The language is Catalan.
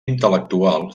intel·lectual